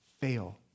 fail